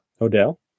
Odell